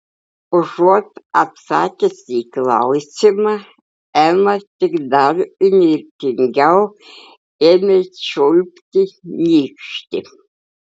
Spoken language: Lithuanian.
užuot atsakiusi į klausimą ema tik dar įnirtingiau ėmė čiulpti nykštį